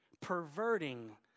perverting